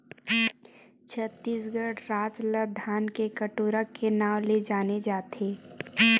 छत्तीसगढ़ राज ल धान के कटोरा के नांव ले जाने जाथे